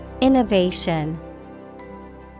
Innovation